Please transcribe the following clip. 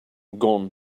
gone